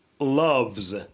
Loves